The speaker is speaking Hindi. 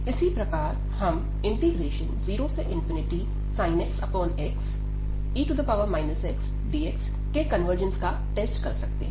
इसी प्रकार हम 0sin x xe xdx के कन्वर्जेन्स का टेस्ट कर सकते हैं